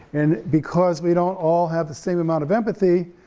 and because we don't all have the same amount of empathy,